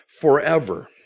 forever